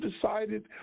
decided